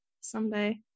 someday